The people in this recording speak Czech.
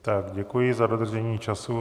Tak děkuji za dodržení času.